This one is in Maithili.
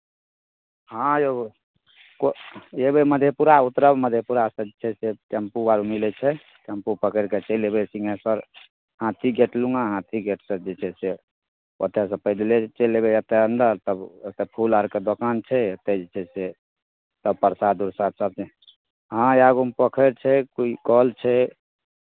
हँ यौ ओ अयबै मधेपुरा उतरब मधेपुरासँ जे छै से टेम्पू आर मिलै छै टेम्पू पकड़ि कऽ चलि अयबै सिंहेश्वर हाथी गेट लगमे हाथी गेटसँ जे छै से ओतहिसँ पैदले चलि अयबै एतय अन्दर तब ओतय फूल आरके दोकान छै ओतय जे छै से सभ प्रसाद उरसाद सभ हँ आगूमे पोखरि छै कोइ कल छै